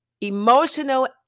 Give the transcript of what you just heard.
emotional